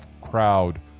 crowd